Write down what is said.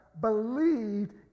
believed